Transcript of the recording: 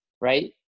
right